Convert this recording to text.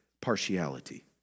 partiality